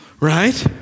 right